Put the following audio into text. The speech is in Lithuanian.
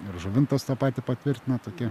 ir žuvintas tą patį patvirtina tokį